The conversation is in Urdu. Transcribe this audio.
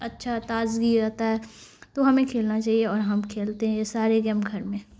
اچھا تازگی رہتا ہے تو ہمیں کھیلنا چاہیے اور ہم کھیلتے ہیں یہ سارے گیم گھر میں